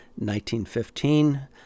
1915